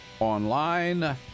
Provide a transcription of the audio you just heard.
Online